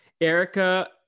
Erica